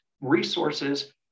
resources